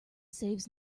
saves